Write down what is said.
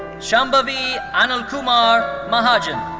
sam-ba-bee anna-kumar ma-ha-jin.